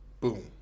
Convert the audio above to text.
Boom